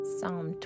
Psalm